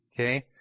Okay